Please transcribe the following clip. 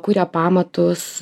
kuria pamatus